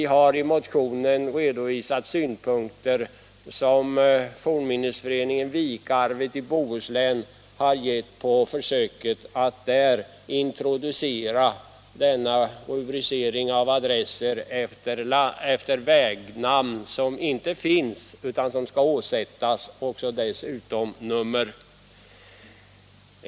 Vi har i motionen redovisat vad Fornminnessällskapet Vikarvet har skrivit om försöket att i Bohuslän introducera rubricering av adresser med vägnamn — namn som inte finns nu utan som skall åsaättas vägarna — och dessutom nummer.